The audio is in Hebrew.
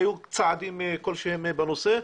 היו צעדים כלשהם בנושא?